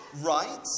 right